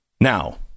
now